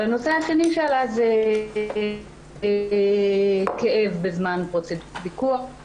הנושא השני שעלה הוא כאב בזמן פרוצדורת בדיקות,